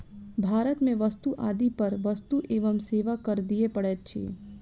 भारत में वस्तु आदि पर वस्तु एवं सेवा कर दिअ पड़ैत अछि